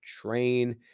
train